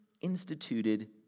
instituted